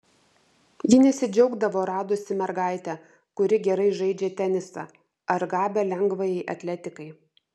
ji nesidžiaugdavo radusi mergaitę kuri gerai žaidžia tenisą ar gabią lengvajai atletikai